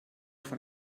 von